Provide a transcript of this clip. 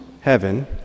heaven